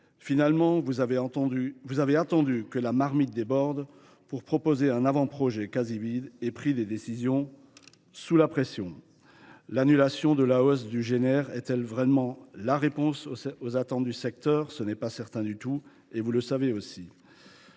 Finalement, le Gouvernement a attendu que la marmite déborde pour proposer un avant projet quasi vide et prendre des décisions sous la pression. L’annulation de la hausse du GNR est elle vraiment la réponse aux attentes du secteur ? Ce n’est pas certain du tout, et vous le savez,